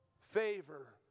favor